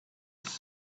was